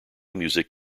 music